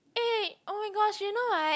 eh oh-my-gosh you know right